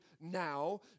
now